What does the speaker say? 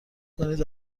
کنید